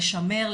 לשמר,